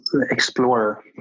Explorer